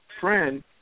friend